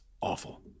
awful